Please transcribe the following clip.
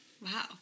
Wow